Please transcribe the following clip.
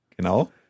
Genau